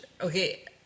okay